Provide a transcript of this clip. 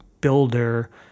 builder